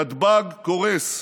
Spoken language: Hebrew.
נתב"ג קורס.